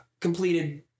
completed